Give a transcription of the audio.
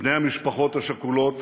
בני המשפחות השכולות